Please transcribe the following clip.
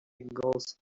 goes